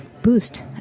boost